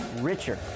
richer